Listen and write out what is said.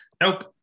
Nope